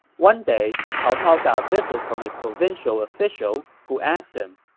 one day, cao cao got a visit from a provincial official, who asked him,